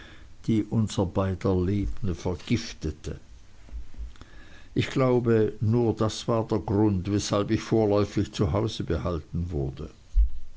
die unser beider leben vergiftete ich glaube nur das war der grund weshalb ich vorläufig zu hause behalten wurde